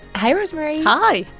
hi, rosemarie hi,